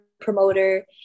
promoter